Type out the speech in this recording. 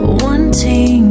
wanting